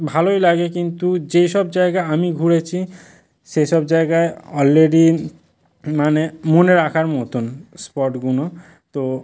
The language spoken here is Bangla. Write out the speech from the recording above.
ভালোই লাগে কিন্তু যে সব জায়গা আমি ঘুরেছি সে সব জায়গায় অলরেডি মানে মনে রাখার মতন স্পটগুলো তো